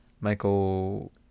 Michael